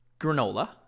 granola